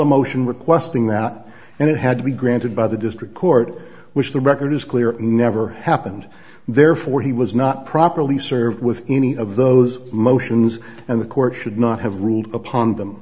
a motion requesting that and it had to be granted by the district court which the record is clear never happened therefore he was not properly served with any of those motions and the court should not have ruled upon them